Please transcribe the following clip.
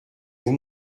vous